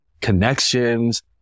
connections